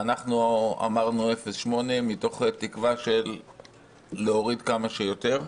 אנחנו אמרנו 0.8, מתוך תקווה להוריד כמה שיותר.